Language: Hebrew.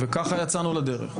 וככה יצאנו לדרך.